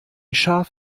schaf